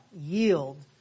Yield